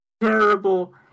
terrible